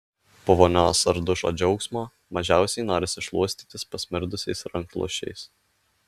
po vonios ar dušo džiaugsmo mažiausiai norisi šluostytis pasmirdusiais rankšluosčiais